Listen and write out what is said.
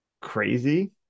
crazy